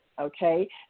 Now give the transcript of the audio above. Okay